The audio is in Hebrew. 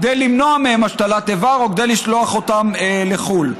כדי למנוע מהם השתלת איבר או כדי לשלוח אותם לחו"ל.